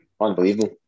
unbelievable